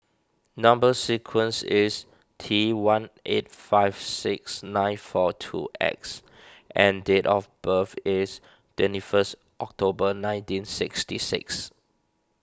Number Sequence is T one eight five six nine four two X and date of birth is twenty first October nineteen sixty six